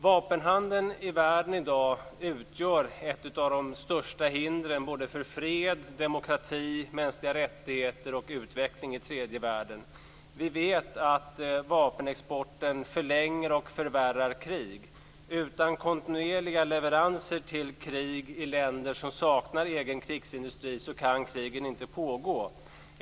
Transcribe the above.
Vapenhandeln i världen i dag utgör ett av de största hindren för fred, demokrati, mänskliga rättigheter och utveckling i tredje världen. Vi vet att vapenexporten förlänger och förvärrar krig. Utan kontinuerliga leveranser till krig i länder som saknar egen krigsindustri kan krigen inte pågå.